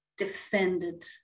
defended